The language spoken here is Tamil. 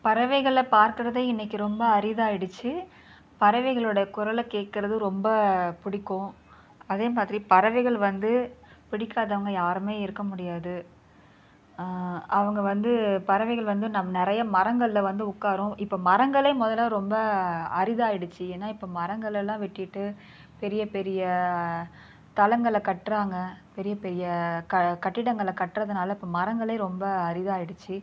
பறவைகளை பார்க்கிறதே இன்றைக்கு ரொம்ப அரிதாகிடுச்சி பறவைகளோட குரலை கேக்கிறது ரொம்ப பிடிக்கும் அதேமாதிரி பறவைகள் வந்து பிடிக்காதவங்க யாருமே இருக்க முடியாது அவங்க வந்து பறவைகள் வந்து நம் நிறைய மரங்களில் வந்து உட்காரும் இப்போ மரங்களே முதல்ல ரொம்ப அரிதாகிடுச்சி ஏன்னா இப்போ மரங்கள் எல்லாம் வெட்டிவிட்டு பெரிய பெரிய தளங்களை கட்டுறாங்க பெரிய பெரிய கட்டிடங்கள கட்டுறதுனால இப்போ மரங்களே ரொம்ப அரிதாகிடுச்சி